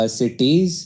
cities